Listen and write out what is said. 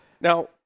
Now